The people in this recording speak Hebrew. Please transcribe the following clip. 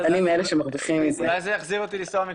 אני מאלה שמרוויחים מזה.